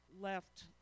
left